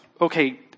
okay